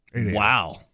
Wow